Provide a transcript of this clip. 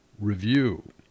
review